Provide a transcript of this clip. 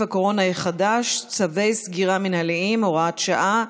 הקורונה החדש (צווי סגירה מינהליים) (הוראת שעה),